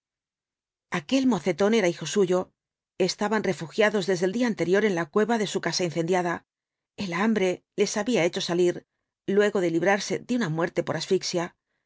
aquel mocetón era hijo suyo estaban refugiados desde el día anterior en la cueva de su casa incendiada el hambre les había hecho salir luego de librarse de una muerte por asfixia